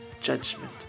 judgment